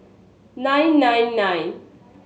nine nine nine